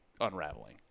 unraveling